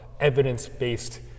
evidence-based